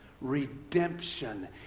Redemption